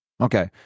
Okay